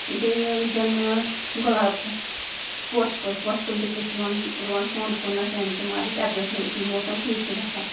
بیٚیہِ یُس زَنہٕ گُلاب چھِ پوشہِ کُلۍ پوشہِ کُلۍ تہِ چھِ أسۍ رُوان رُوان سونٛتہٕ کُنَتھ یعنی کہِ مارٕچ اپریلَس منٛز یُتھُے موسَم ٹھیٖک چھِ گژھان